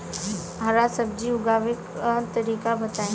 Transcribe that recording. हरा सब्जी उगाव का तरीका बताई?